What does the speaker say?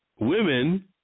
Women